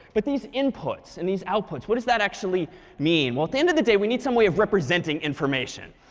but these inputs and these outputs what does that actually mean? well, at the end of the day, we need some way of representing information.